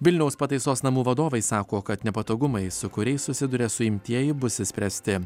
vilniaus pataisos namų vadovai sako kad nepatogumai su kuriais susiduria suimtieji bus išspręsti